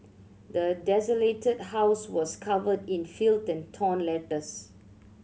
the desolated house was covered in filth and torn letters